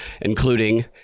including